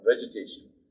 vegetation